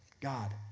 God